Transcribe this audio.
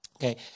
Okay